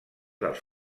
dels